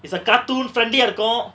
it's a cartoon friendly ah இருக்கு:iruku